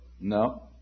no